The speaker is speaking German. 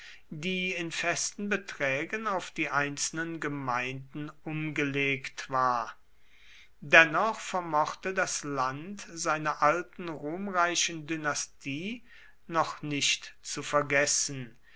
die in festen beträgen auf die einzelnen gemeinden umgelegt war dennoch vermochte das land seiner alten ruhmreichen dynastie noch nicht zu vergessen